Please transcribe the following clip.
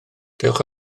dewch